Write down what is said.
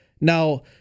Now